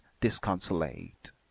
disconsolate